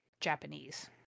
Japanese